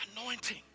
Anointing